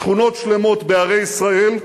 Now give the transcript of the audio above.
שכונות שלמות בערי ישראל,